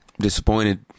Disappointed